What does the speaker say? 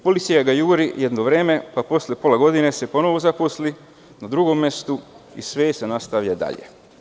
Policija ga juri jedno vreme, pa se posle pola godine ponovo zaposli na drugom mestu i sve se nastavlja dalje.